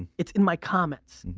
it's in my comments.